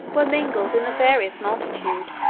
were mingled in the various multitude,